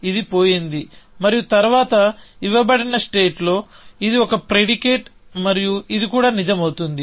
ఇది పోయింది మరియు తరువాత ఇవ్వబడిన స్టేట్లో ఇది ఒక ప్రిడికేట్ మరియు ఇది కూడా నిజం అవుతుంది